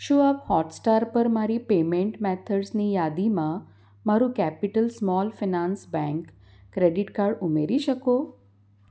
શું આપ હોટસ્ટાર પર મારી પેમેંટ મેથડ્સની યાદીમાં મારું capital small finance bank credit card ઉમેરી શકો